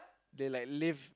they like live